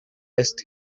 este